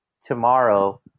tomorrow